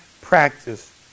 practice